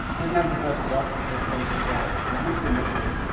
didn't have the best luck with facebook ads, at least initially.